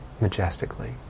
majestically